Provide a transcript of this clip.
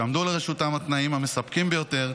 שיעמדו לרשותם התנאים המספקים ביותר,